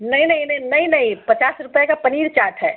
नहीं नहीं नहीं नहीं नहीं पचास रुपये का पनीर चाट है